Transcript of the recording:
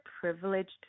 privileged